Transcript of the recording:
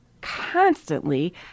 constantly